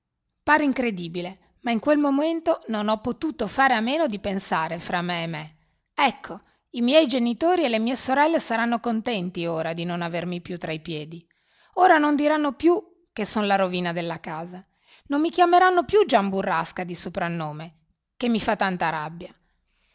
pare incredibile ma in quel momento non ho potuto fare a meno di pensare fra me e me ecco i miei genitori e le mie sorelle saranno contenti ora di non avermi più tra i piedi ora non diranno più che son la rovina della casa non mi chiameranno più gian burrasca di soprannome che mi fa tanta rabbia